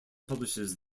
publishes